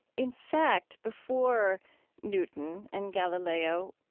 in fact, before newton and galileo,